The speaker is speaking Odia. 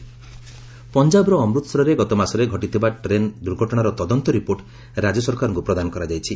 ଅମୃତସର ବ୍ଲାଷ୍ଟ ପଞ୍ଜାବର ଅମୃତସରରେ ଗତମାସରେ ଘଟିଥିବା ଟ୍ରେନ୍ ଦୁର୍ଘଟଣାର ତଦନ୍ତ ରିପୋର୍ଟ ରାଜ୍ୟ ସରକାରଙ୍କୁ ପ୍ରଦାନ କରାଯାଇଛି